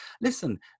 Listen